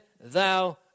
thou